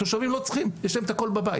התושבים לא צריכים, יש להם את הכל בבית.